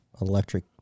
electric